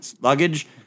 luggage